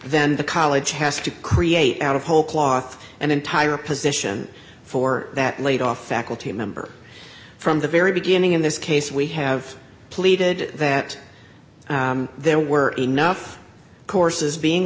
then the college has to create out of whole cloth and entire position for that laid off faculty member from the very beginning in this case we have pleaded that there were enough courses being